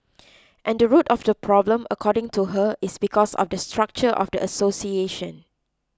and the root of the problem according to her is because of the structure of the association